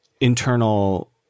internal